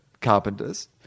carpenters